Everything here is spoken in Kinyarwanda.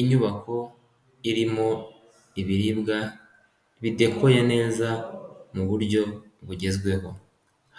Inyubako irimo ibiribwa bidekoye neza mu buryo bugezweho,